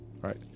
Right